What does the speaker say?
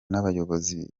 n’abayobozi